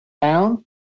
town